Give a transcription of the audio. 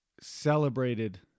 celebrated